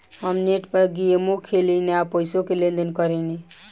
हम नेट पर गेमो खेलेनी आ पइसो के लेन देन करेनी